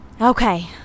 Okay